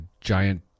giant